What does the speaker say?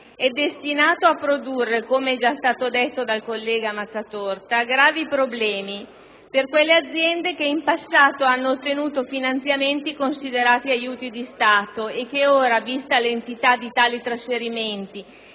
è destinato a produrre, come è già stato detto dal collega Mazzatorta, gravi problemi per quelle aziende che in passato hanno ottenuto finanziamenti considerati aiuti di Stato e che ora, vista l'entità di tali trasferimenti